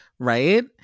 right